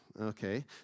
Okay